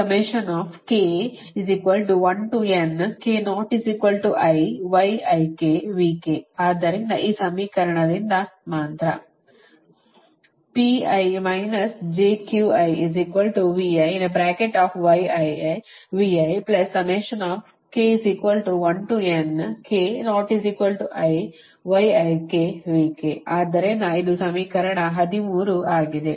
ಆದ್ದರಿಂದ ಈ ಸಮೀಕರಣದಿಂದ ಮಾತ್ರ ಆದ್ದರಿಂದ ಇದು ಸಮೀಕರಣ 13 ಆಗಿದೆ